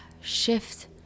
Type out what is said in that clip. shift